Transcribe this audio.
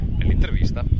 nell'intervista